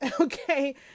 okay